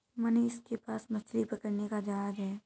मनीष के पास मछली पकड़ने का जहाज है